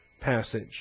passage